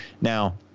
Now